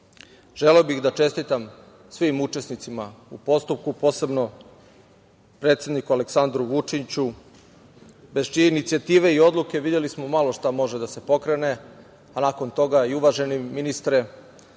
bih da čestitam svim učesnicima u postupku, posebno predsedniku Aleksandru Vučić bez čije inicijative i odluke, videli smo, malo šta može da se pokrene, a nakon toga i uvaženi ministre